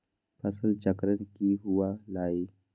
फसल चक्रण की हुआ लाई?